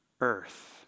earth